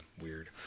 weird